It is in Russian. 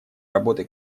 работы